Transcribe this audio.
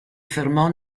fermò